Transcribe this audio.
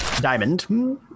Diamond